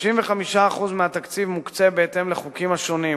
35% מהתקציב מוקצה בהתאם לחוקים השונים,